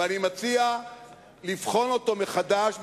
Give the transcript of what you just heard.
ואני מציע לבחון אותו מחדש,